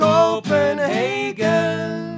Copenhagen